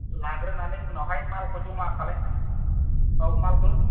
लाग्रोनानै उनावहाय मालखौ जमा खालाय औ मालखौ